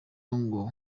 ngo